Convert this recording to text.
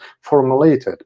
formulated